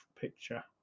picture